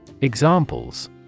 Examples